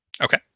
Okay